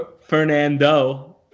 Fernando